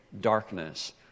darkness